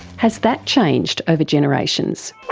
has that changed over generations?